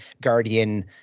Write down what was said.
Guardian